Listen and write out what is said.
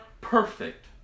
perfect